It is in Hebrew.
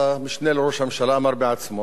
המשנה לראש הממשלה אמר בעצמו,